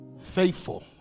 Faithful